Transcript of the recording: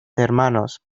hermanos